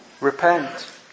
Repent